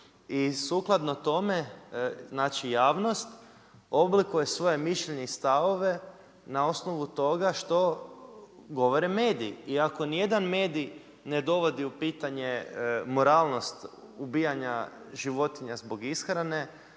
I sukladno tome javnost oblikuje svoje mišljenje i stavove na osnovu toga što govore mediji i ako nijedan medij ne dovodi u pitanje moralnost ubijanja životinja zbog ishrane,